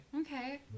okay